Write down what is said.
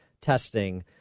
testing